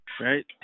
right